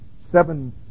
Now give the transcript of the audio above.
seven